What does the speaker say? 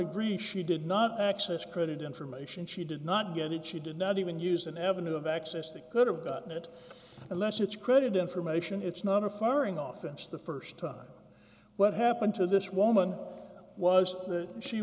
agreed she did not access credit information she did not get it she did not even use an avenue of access that could have gotten it unless it's credit information it's not referring often to the st time what happened to this woman was